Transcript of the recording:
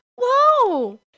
whoa